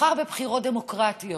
נבחר בבחירות דמוקרטיות.